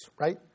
right